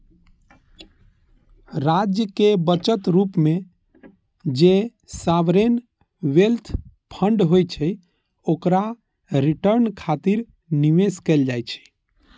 राज्यक बचत रूप मे जे सॉवरेन वेल्थ फंड होइ छै, ओकरा रिटर्न खातिर निवेश कैल जाइ छै